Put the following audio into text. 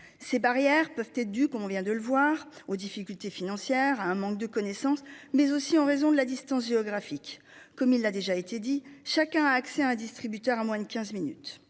Ces barrières peuvent et du. On vient de le voir aux difficultés financières à un manque de connaissances mais aussi en raison de la distance géographique comme il l'a déjà été dit chacun a accès à un distributeur à moins de 15 minutes.